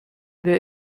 wir